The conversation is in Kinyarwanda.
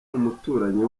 umuturanyi